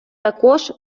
також